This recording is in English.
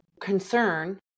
concern